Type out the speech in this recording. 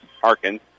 Harkins